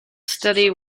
study